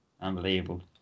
unbelievable